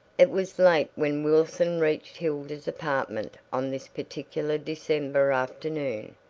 it was late when wilson reached hilda's apartment on this particular december afternoon,